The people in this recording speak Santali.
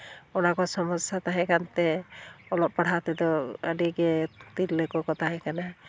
ᱚᱱᱟ ᱠᱚ ᱥᱚᱢᱚᱥᱥᱟ ᱛᱟᱦᱮᱸ ᱠᱟᱱᱛᱮ ᱚᱞᱚᱜ ᱯᱟᱲᱦᱟᱜ ᱛᱮᱫᱚ ᱟᱹᱰᱤᱜᱮ ᱛᱤᱨᱞᱟᱹ ᱠᱚᱠᱚ ᱛᱟᱦᱮᱸ ᱠᱟᱱᱟ